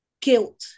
guilt